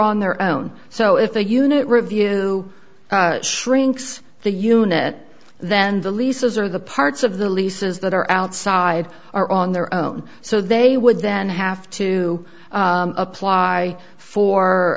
on their own so if the unit review shrinks the unit then the leases or the parts of the leases that are outside are on their own so they would then have to apply for